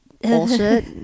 bullshit